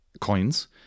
coins